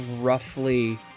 roughly